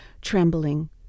trembling